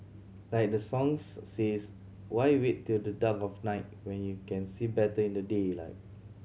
like the songs says why wait till the dark of night when you can see better in the daylight